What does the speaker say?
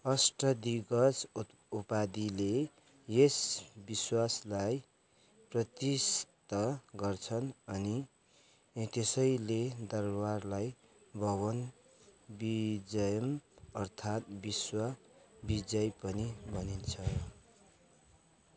अष्टदिग्गज उपाधिले यस विश्वासलाई प्रतिष्ठित गर्छ अनि त्यसैले दरबारलाई भुवन विजय अर्थात् विश्व विजय पनि भनिन्छ